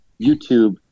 YouTube